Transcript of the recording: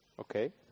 Okay